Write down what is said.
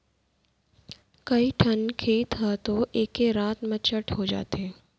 कइठन खेत ह तो एके रात म चट हो जाथे